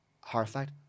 horrified